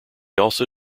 also